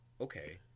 okay